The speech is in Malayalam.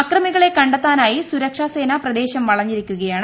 അക്രമികളെ കണ്ടെത്താനായി സുരക്ഷാസേന പ്രദേശം വളഞ്ഞിരിക്കുകയാണ്